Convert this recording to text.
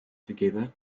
together